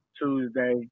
Tuesday